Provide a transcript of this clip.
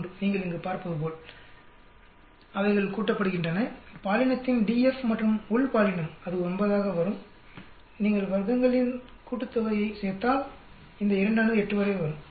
3 நீங்கள் இங்கு பார்ப்பது போல் அவைகம் கூட்டப்படுகின்றன பாலினத்தின் DF மற்றும் உள் பாலினம் அது 9 ஆக வரும் நீங்கள் வர்க்கங்களின் கூட்டுத்தொகையைச் சேர்த்தால் இந்த 2ஆனது 8 வரை வரும்